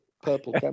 purple